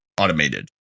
automated